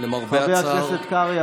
חבר הכנסת קרעי,